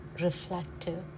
reflective